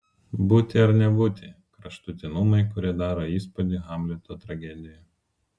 būti ar nebūti kraštutinumai kurie daro įspūdį hamleto tragedijoje